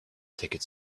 ticket